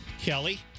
Kelly